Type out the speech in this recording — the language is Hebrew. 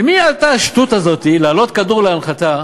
למי עלתה השטות הזאת, להעלות כדור להנחתה